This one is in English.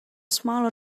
smaller